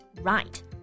Right